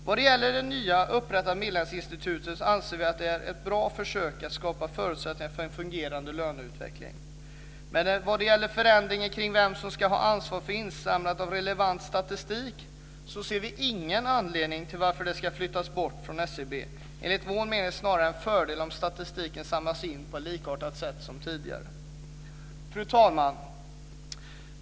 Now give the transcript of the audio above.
Vad det gäller det nyinrättade medlingsinstitutet anser vi att det är ett bra försök att skapa förutsättningar för en fungerande löneutveckling. Men vad det gäller förändringen kring vem som ska ha ansvar för insamlandet av relevant statistik ser vi ingen anledning till att detta skulle flyttas bort från SCB. Enligt vår mening är det snarare en fördel om statistiken samlas in på liknande sätt som tidigare. Fru talman!